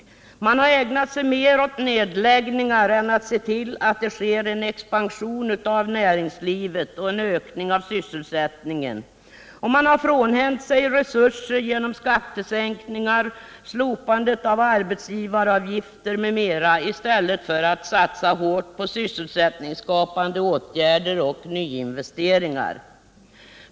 Regeringen har ägnat sig mer åt nedläggningar än åt att se till att det sker en expansion av näringslivet och en ökning av sysselsättningen, och den har frånhänt sig resurser genom skattesänkningar, slopande av arbetsgivaravgifter m.m. i stället för att satsa hårt på sysselsättningsskapande åtgärder och nyinvesteringar.